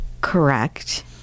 Correct